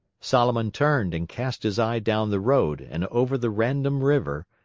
solomon turned, and cast his eye down the road and over the random river,